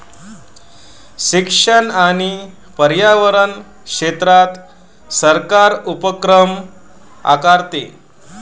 शिक्षण आणि पर्यावरण क्षेत्रात सरकार उपकर आकारते